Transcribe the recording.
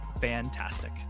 fantastic